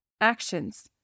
Actions